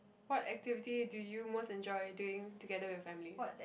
what activity do you most enjoy during together with your family